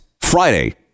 Friday